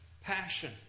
passion